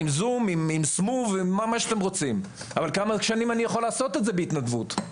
אבל כמה שנים אני יכול לעשות את זה בהתנדבות?